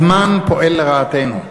הזמן פועל לרעתנו.